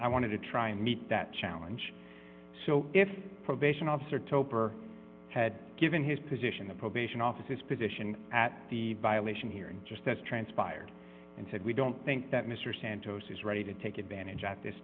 i wanted to try and meet that challenge so if the probation officer toper had given his position the probation officers position at the violation hearing just as transpired and said we don't think that mr santos is ready to take advantage at this